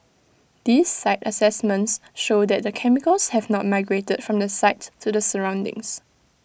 these site assessments show that the chemicals have not migrated from the site to the surroundings